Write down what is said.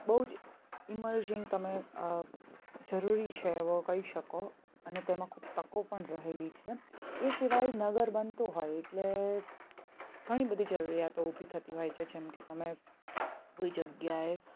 બઉ જ ઇમર્જિંગ તમે જરૂરી છે એવો કઈ શકો અને તેમાં ખૂબ તકો પણ રહેલી છે એ સિવાય નગર બનતું હોય એટલે ઘણી બધી જરૂરીયાતો ઊભી થતી હોય છે જેમ કે તમે કોઈ જગ્યાએ